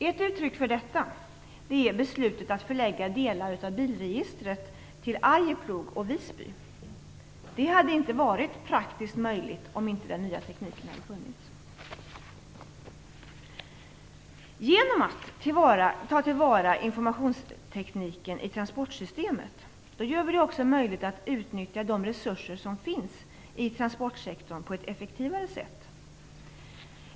Ett uttryck för detta är beslutet att förlägga delar av bilregistret till Arjeplog och Visby. Det hade inte varit praktiskt möjligt om inte den nya tekniken funnits. Genom att ta till vara informationstekniken i transportsystemet gör vi det också möjligt att utnyttja de resurser som finns i transportsektorn på ett effektivare sätt.